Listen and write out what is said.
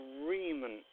agreement